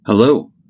Hello